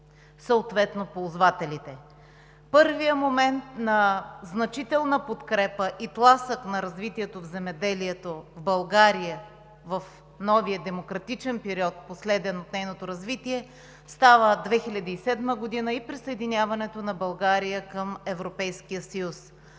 съответно ползвателите. Първият момент на значителна подкрепа и тласък за развитието на земеделието в България в новия демократичен период, последен от нейното развитие, става през 2007 г. и присъединяването на страната ни към Европейския съюз.